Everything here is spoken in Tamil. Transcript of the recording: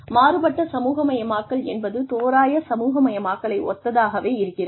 மாறுபட்ட சமூகமயமாக்கல் என்பது தோராய சமூகமயமாக்கலை ஒத்ததாகவே இருக்கிறது